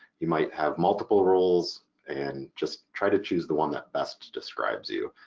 you might have multiple roles and just try to choose the one that best describes you.